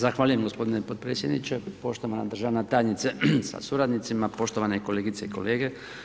Zahvaljujem g. potpredsjedniče, poštovana državna tajnice sa suradnicima, poštovane kolegice i kolege.